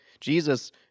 Jesus